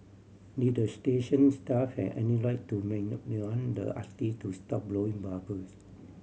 did the station staff have any right to the artist to stop blowing bubbles